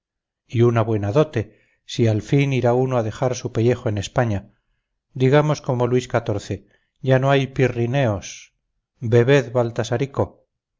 y una buena dote si al fin irá uno a dejar su pellejo en españa digamos como luis xiv ya no hay pirrineos bebed baltasarico yo